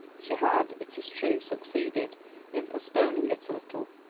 she had, it is true, succeeded in postponing it a little,